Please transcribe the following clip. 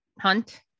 hunt